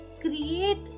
Create